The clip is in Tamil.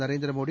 நரேந்திரமோடி